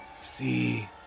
See